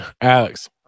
alex